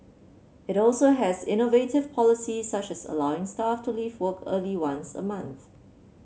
it also has innovative policies such as allowing staff to leave work early once a month